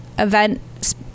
event